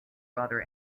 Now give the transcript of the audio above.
brother